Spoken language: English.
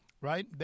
right